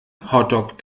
hotdog